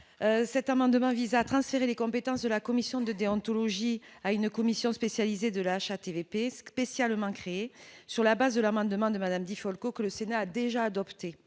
Cet amendement vise à transférer les compétences de la commission de déontologie à une commission spécialisée de la HATVP ce, spécialement créé sur la base de la main demain de Madame Di Folco que le Sénat a déjà adopté,